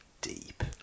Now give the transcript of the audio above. deep